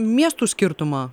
miestų skirtumą